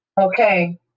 Okay